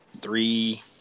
three